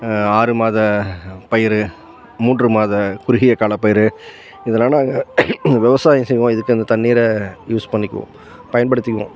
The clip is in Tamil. ஆறு மாத பயிர் மூன்று மாத குறுகிய காலப் பயிர் இதெலாம் நாங்க விவசாயம் செய்வோம் இதுக்கு அந்த தண்ணீரை யூஸ் பண்ணிக்குவோம் பயன்படுத்திக்குவோம்